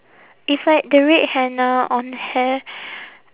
if like the red henna on hair